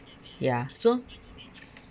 ya so